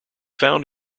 found